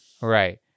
Right